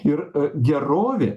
ir gerovė